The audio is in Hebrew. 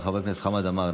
חבר הכנסת חמד עמאר,